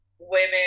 women